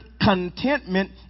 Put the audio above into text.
contentment